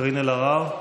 קארין אלהרר.